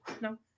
no